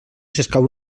escau